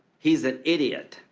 he's an idiot.